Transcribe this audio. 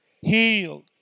healed